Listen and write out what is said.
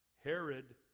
Herod